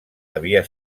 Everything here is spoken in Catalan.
havia